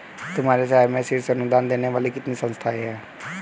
तुम्हारे शहर में शीर्ष अनुदान देने वाली कितनी संस्थाएं हैं?